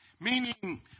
Meaning